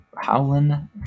Howlin